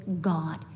God